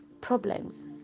problems